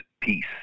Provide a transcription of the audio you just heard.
peace